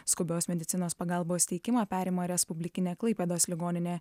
skubios medicinos pagalbos teikimą perima respublikinė klaipėdos ligoninė